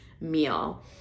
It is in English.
meal